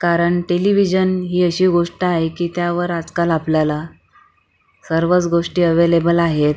कारण टेलिविजन ही अशी गोष्ट आहे की त्यावर आजकाल आपल्याला सर्वच गोष्टी अवेलेबल आहेत